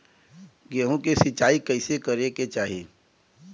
गेहूँ के सिंचाई कइसे करे के चाही?